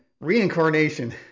reincarnation